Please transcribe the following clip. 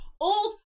old